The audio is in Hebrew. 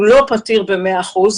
הוא לא פתיר ב-100 אחוזים,